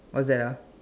what's that ah